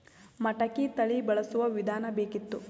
ಮಟಕಿ ತಳಿ ಬಳಸುವ ವಿಧಾನ ಬೇಕಿತ್ತು?